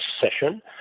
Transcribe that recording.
session